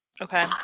Okay